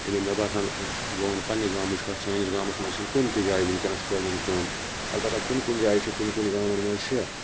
ییٚلہِ مےٚ باسان بہٕ وَنہٕ پَننہِ گامٕچ کتھ سٲنِس گامَس مَنٛز چھُنہٕ کُنہِ تہِ جایہِ وٕنکیٚنَس قٲلیٖن کٲم اَلبَتہ کُنہِ کُنہِ جایہِ چھُ کُنہِ کُنہِ گامَن مَنٛز چھ